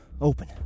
open